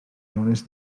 zones